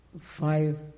Five